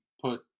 put